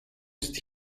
ist